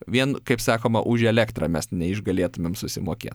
vien kaip sakoma už elektrą mes neišgalėtumėm susimokėt